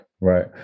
Right